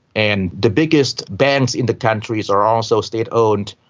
and the biggest banks in the country are also state owned.